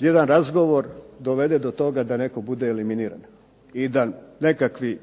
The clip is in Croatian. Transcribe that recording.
jedan razgovor dovede do toga da netko bude eliminiran i da nekakvi